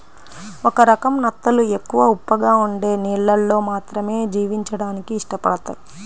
ఒక రకం నత్తలు ఎక్కువ ఉప్పగా ఉండే నీళ్ళల్లో మాత్రమే జీవించడానికి ఇష్టపడతయ్